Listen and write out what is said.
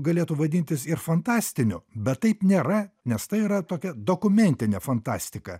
galėtų vadintis ir fantastiniu bet taip nėra nes tai yra tokia dokumentinė fantastika